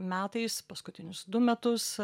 metais paskutinius du metus